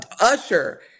Usher